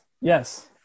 Yes